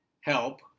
help